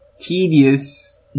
tedious